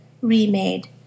remade